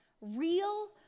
real